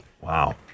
Wow